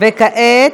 וכעת,